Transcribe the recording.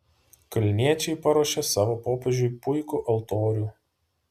kalniečiai paruošė savo popiežiui puikų altorių